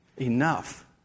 Enough